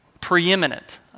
preeminent